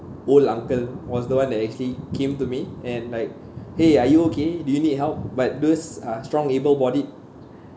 old uncle was the one that actually came to me and like !hey! are you okay do you need help but those uh strong able bodied